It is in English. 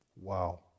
Wow